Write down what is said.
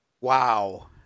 Wow